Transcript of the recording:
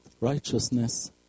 righteousness